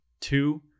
two